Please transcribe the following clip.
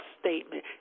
statement